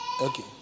Okay